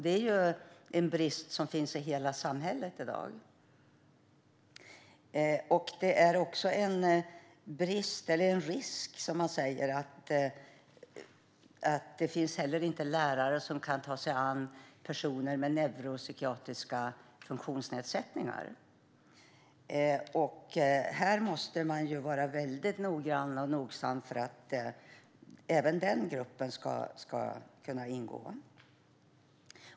Det är en brist som finns i hela samhället i dag. Statskontoret säger också att det finns en risk att det inte finns lärare som kan ta sig an personer med neuropsykiatriska funktionsnedsättningar. Man måste ju vara väldigt noggrann för att den gruppen ska kunna ingå.